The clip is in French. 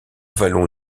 vallon